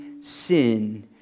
sin